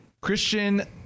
Christian